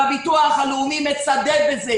הביטוח הלאומי מצדד בזה,